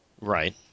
Right